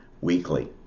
weekly